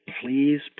please